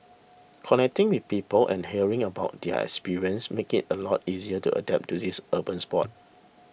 connecting with people and hearing about their experience makes it a lot easier to adapt to this urban sport